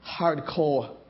hardcore